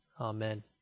Amen